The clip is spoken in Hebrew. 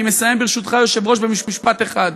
אני מסיים, ברשותך, היושב-ראש, במשפט אחד: